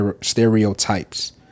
stereotypes